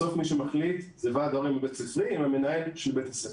בסוף מי שמחליט זה ועד ההורים הבית ספרי עם המנהל של בית הספר.